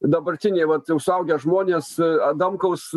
dabartiniai vat jau suaugę žmonės adamkaus